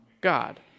God